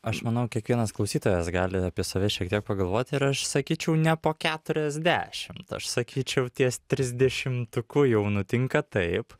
aš manau kiekvienas klausytojas gali apie save šiek tiek pagalvoti ir aš sakyčiau ne po keturiasdešimt aš sakyčiau ties trisdešimtuku jau nutinka taip